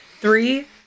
Three